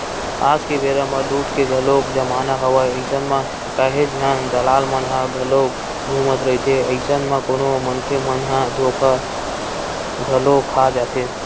आज के बेरा म लूट के घलोक जमाना हवय अइसन म काहेच झन दलाल मन ह घलोक घूमत रहिथे, अइसन म कोनो मनखे मन ह धोखा घलो खा जाथे